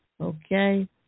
Okay